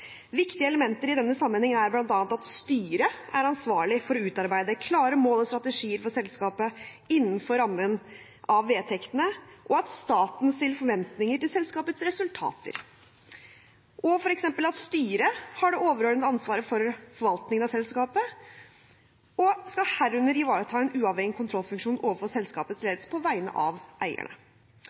Viktige elementer i denne sammenheng er bl.a. at styret er ansvarlig for å utarbeide klare mål og strategier for selskapet innenfor rammen av vedtektene, og at staten stiller forventninger til selskapets resultater, og f.eks. at styret har det overordnede ansvaret for forvaltningen av selskapet og skal herunder ivareta en uavhengig kontrollfunksjon overfor selskapets ledelse på vegne av eierne.